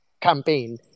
campaign